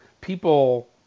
people